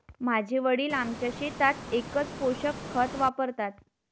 माझे वडील आमच्या शेतात एकच पोषक खत वापरतात